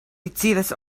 decidas